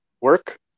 work